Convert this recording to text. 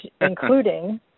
including